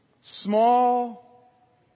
Small